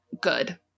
good